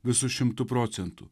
visu šimtu procentų